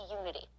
unity